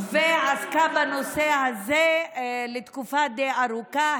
ועסקה בנושא הזה לתקופה די ארוכה.